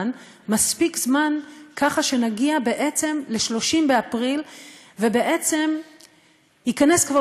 אותן מספיק זמן ככה שנגיע בעצם ל-30 באפריל ובעצם ייכנס כבר